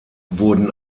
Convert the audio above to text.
wurden